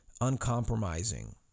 uncompromising